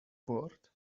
bored